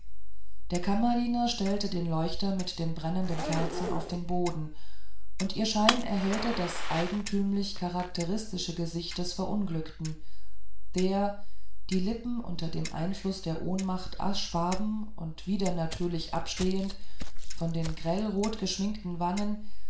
der kammerdiener stellte den leuchter mit den brennenden kerzen auf den boden und ihr schein erhellte das eigentümlich charakteristische gesicht des verunglückten der die lippen unter dem einfluß der ohnmacht aschfarben und widernatürlich abstechend von den grellrot geschminkten wangen